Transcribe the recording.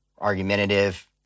argumentative